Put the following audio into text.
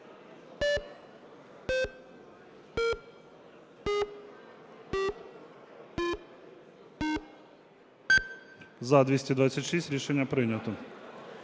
За-283 Рішення прийнято.